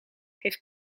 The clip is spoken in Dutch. heeft